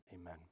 Amen